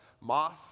moth